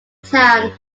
town